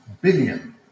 billion